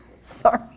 Sorry